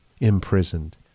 imprisoned